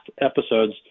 episodes